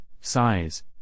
size